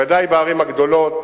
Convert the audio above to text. ודאי בערים הגדולות.